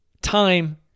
time